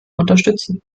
unterstützen